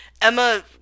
Emma